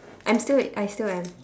I'm still I still am